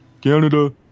canada